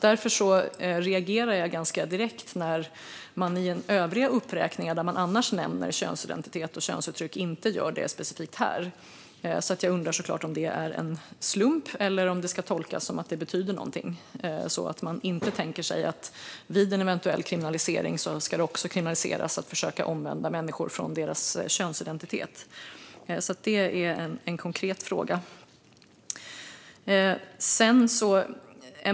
Därför reagerar jag ganska direkt när man i övriga uppräkningar nämner könsidentitet och könsuttryck men inte gör det specifikt här. Jag undrar såklart om det är en slump eller om det ska tolkas som att det betyder att man inte tänker sig att vid en eventuell kriminalisering också kriminalisera att försöka omvända människor från deras könsidentitet. Det är en konkret fråga.